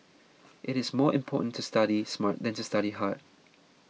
it is more important to study smart than to study hard